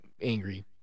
angry